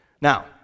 Now